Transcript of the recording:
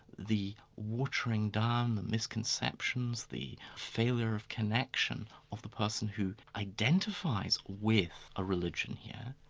the watering down, the misconceptions, the failure of connection of the person who identifies with a religion here,